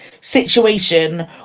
situation